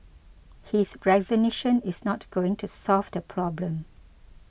his resignation is not going to solve the problem